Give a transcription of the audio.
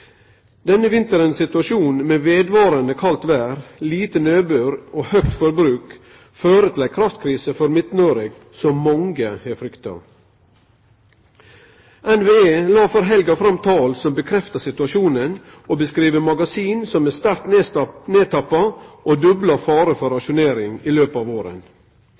Denne vinterens situasjon med vedvarande kaldt vêr, lite nedbør og høgt forbruk fører til ei kraftkrise for Midt-Noreg som mange har frykta. NVE la før helga fram tal som bekreftar situasjonen, og beskriv magasin som er sterkt nedtappa, og dobla fare for rasjonering i løpet av